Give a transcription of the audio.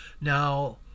Now